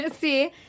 see